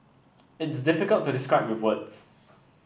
it's difficult to describe with words